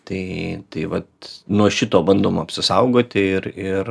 tai tai vat nuo šito bandoma apsisaugoti ir ir